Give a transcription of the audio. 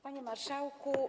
Panie Marszałku!